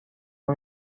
اون